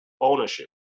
Ownership